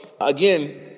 again